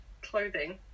clothing